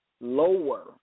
lower